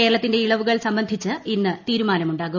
കേരളത്തിന്റെ ഇളവുകൾ സംബന്ധിച്ച് ഇന്ന് തീരുമാനമുണ്ടാകും